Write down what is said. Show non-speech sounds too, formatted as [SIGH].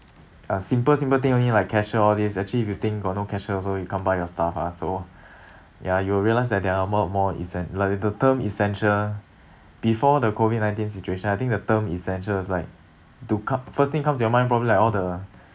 uh simple simple thing only like cashier all this actually if you think got no cashier also you can't buy your stuff ah so [BREATH] ya you will realise that there are more and more essential like the term essential [BREATH] before the COVID nineteen situation I think the term essential is like do come first thing come to your mind probably like all the [BREATH]